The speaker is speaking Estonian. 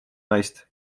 naist